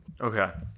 Okay